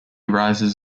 rises